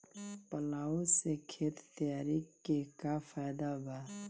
Plough से खेत तैयारी के का फायदा बा?